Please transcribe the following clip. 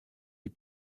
les